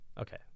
Okay